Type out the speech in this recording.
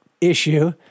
issue